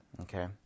okay